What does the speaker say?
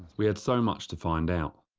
we had so much to find out.